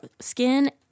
skin